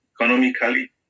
economically